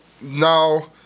now